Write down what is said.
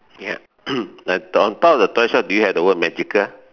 ya on on top of the toy shop do you have the word magical